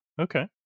okay